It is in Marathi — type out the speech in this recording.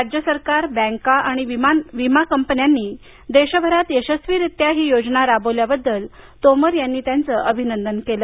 राज्य सरकार बँका आणि विमा कंपन्यांनी देशभरात यशस्वीरित्या ही योजना राबवल्याबद्दल तोमर यांनी त्यांचं अभिनंदन केलं